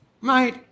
Mate